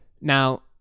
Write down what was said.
Now